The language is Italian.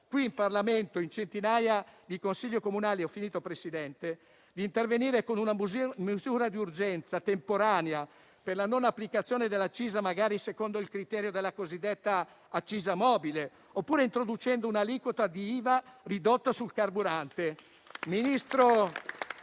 qui in Parlamento e in centinaia di Consigli comunali, di intervenire con una misura di urgenza, temporanea, per la non applicazione dell'accisa, magari secondo il criterio della cosiddetta accisa mobile, oppure introducendo un'aliquota di IVA ridotta sul carburante.